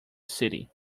city